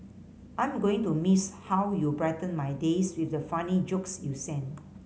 I'm going to miss how you brighten my days with the funny jokes you sent